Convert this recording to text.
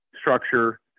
structure